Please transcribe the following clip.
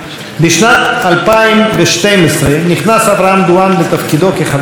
בשנת 2012 נכנס אברהם דואן לתפקידו כחבר הכנסת